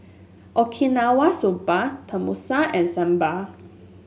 Okinawa Soba Tenmusu and Sambar